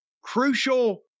crucial